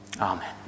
amen